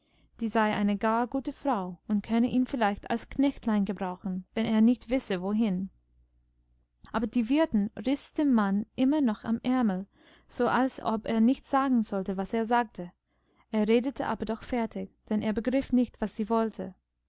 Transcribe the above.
die sei eine gar gute frau und könne ihn vielleicht als knechtlein gebrauchen wenn er nicht wisse wohin aber die wirtin riß den mann immer noch am ärmel so als ob er nicht sagen sollte was er sagte er redete aber doch fertig denn er begriff nicht was sie wollte